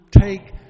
take